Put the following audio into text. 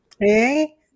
Hey